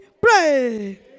pray